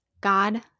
God